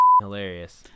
hilarious